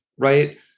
right